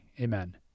amen